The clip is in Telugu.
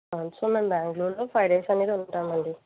అవును సార్ మేము బెంగళూరులో ఫైవ్ డేస్ అనేది ఉంటాం అండి